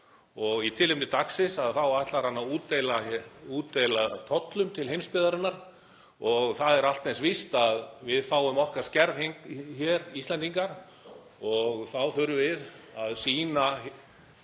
og í tilefni dagsins ætlar hann að útdeila tollum til heimsbyggðarinnar. Það er allt eins víst að við fáum okkar skerf hér, Íslendingar, og þá þurfum við að sýna